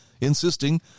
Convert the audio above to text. insisting